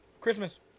Christmas